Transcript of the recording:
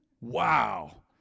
Wow